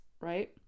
right